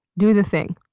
do the thing!